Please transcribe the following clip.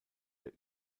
der